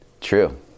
True